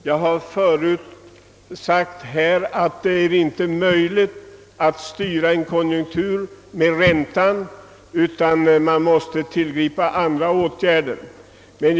Jag har tidigare framhållit att det inte är möjligt att styra konjunkturen med räntan utan att härvidlag andra åtgärder måste tillgripas.